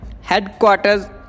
headquarters